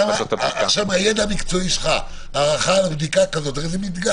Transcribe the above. זה לא מדגם